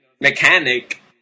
mechanic